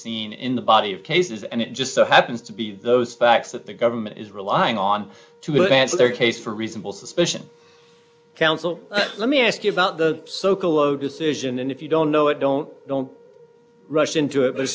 seen in the body of cases and it just so happens to be those facts that the government is relying on to advance their case for reasonable suspicion counsel let me ask you about the socolow decision and if you don't know it don't don't rush into it the